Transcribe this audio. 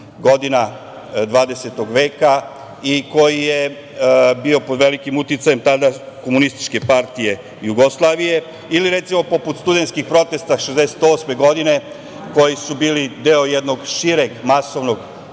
godina 20. veka i koji je bio pod velikim uticajem tada Komunističke partije Jugoslavije ili, recimo, poput studentskih protesta 1968. godine, koji su bili deo jednog šireg masovnog,